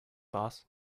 boss